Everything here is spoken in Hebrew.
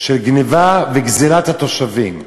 של גנבה וגזלת התושבים.